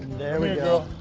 we go.